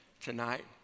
tonight